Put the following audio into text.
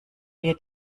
wir